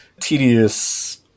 tedious